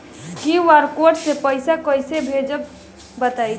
QR code से पईसा कईसे भेजब बताई?